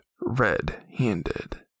red-handed